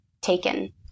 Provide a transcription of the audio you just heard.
taken